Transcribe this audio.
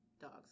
dogs